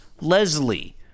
Leslie